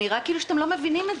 נראה כאילו אתם לא מבינים את